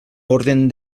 orden